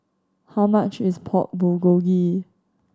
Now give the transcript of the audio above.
how much is Pork Bulgogi